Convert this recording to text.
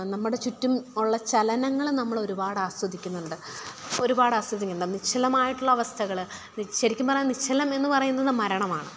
നമ്മുടെ ചുറ്റും ഉള്ള ചലനങ്ങൾ നമ്മളൊരുപാടാസ്വദിക്കുന്നുണ്ട് ഒരുപാട് ആസ്വദിക്കുന്നുണ്ട് നിശ്ചലമായിട്ടുള്ള അവസ്ഥകൾ ശരിക്കും പറഞ്ഞാൽ നിശ്ചലം എന്നു പറയുന്നത് മരണമാണ്